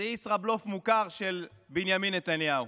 זה ישראבלוף מוכר של בנימין נתניהו.